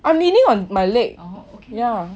I'm leaning on my leg yeah